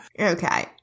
Okay